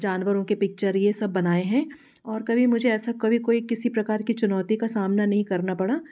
जानवरों के पिक्चर ये सब बनाए हैं और कभी मुझे ऐसा कभी कोई किसी प्रकार की चुनौती का सामना नहीं करना पड़ा